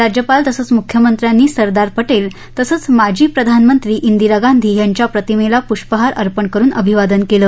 राज्यपाल तसंच मुख्यमंत्र्यांनी सरदार पटेल तसंच माजी प्रधानमंत्री इंदिरा गांधी यांच्या प्रतिमेला पुष्पहार अर्पण करून अभिवादन केलं